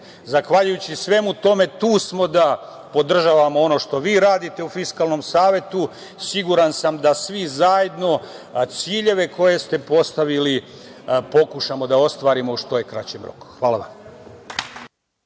Zahvaljujući svemu tome tu smo da podržavamo ono što vi radite u Fiskalnom savetu. Siguran sam da ćemo svi zajedno ciljeve koje ste postavili pokušati da ostvarimo u što je moguće kraćem roku. Hvala vam.